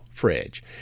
fridge